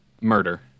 murder